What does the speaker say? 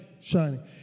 shining